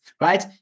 right